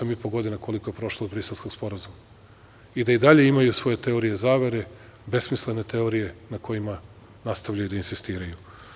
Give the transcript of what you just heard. Osam i po godina, koliko je prošlo od Briselskog sporazuma i da i dalje imaju svoje teorije zavere besmislene teorije na kojima nastavljaju da insistiraju.